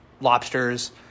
lobsters